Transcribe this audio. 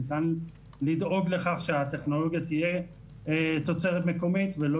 ניתן לדאוג לכך שהטכנולוגיה תהיה תוצרת מקומית ולא